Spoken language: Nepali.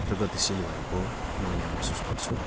प्रगतिशील भएको म यहाँ महसुस गर्छु